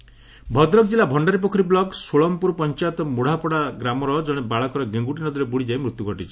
ବାଳକ ମୂତ ଭଦ୍ରକ ଜିଲ୍ଲା ଭଣ୍ଡାରୀପୋଖରୀ ବ୍ଲକ ଷୋଳମପୁର ପଞ୍ଚାୟତ ମୁଢ଼ାପଦା ଗ୍ରାମର ଜଣେ ବାଳକର ଗେଙ୍ଗୁଟିନଦୀରେ ବୁଡ଼ିଯାଇ ମୃତ୍ୟୁ ଘଟିଛି